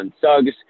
Suggs